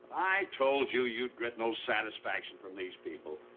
i told you you'd get no satisfaction from these people.